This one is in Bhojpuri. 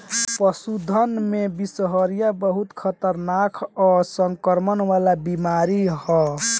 पशुधन में बिषहरिया बहुत खतरनाक आ संक्रमण वाला बीमारी ह